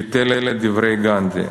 ביטל את דברי גנדי.